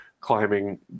climbing